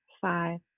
five